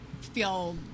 feel